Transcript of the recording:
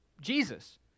Jesus